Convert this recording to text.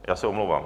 Já se omlouvám.